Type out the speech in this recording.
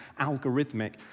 algorithmic